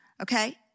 okay